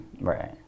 Right